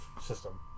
system